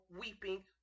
weeping